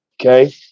Okay